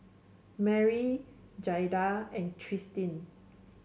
Merrie Jaida and Tristin